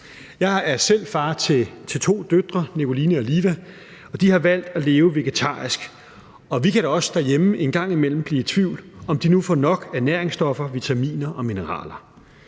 Jeg er selv far til to døtre, Nikoline og Liva, og de har valgt at leve vegetarisk. Vi kan da også derhjemme en gang imellem blive i tvivl om, om de nu får nok ernæringsstoffer, vitaminer og mineraler.